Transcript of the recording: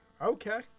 Okay